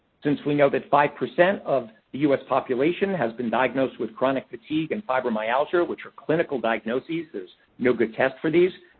since we know that five percent of the u s. population has been diagnosed with chronic fatigue and fibromyalgia, which are clinical diagnoses, there's no good test for these.